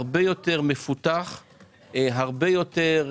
הרבה יותר